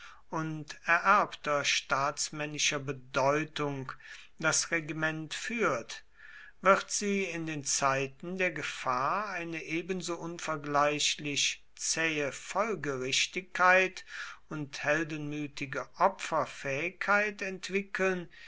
und ererbter staatsmännischer bedeutung das regiment führt wird sie in den zeiten der gefahr eine ebenso unvergleichlich zähe folgerichtigkeit und heldenmütige opferfähigkeit entwickeln